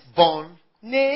born